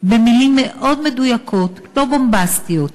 במילים מאוד מדויקות, לא בומבסטיות,